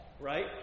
right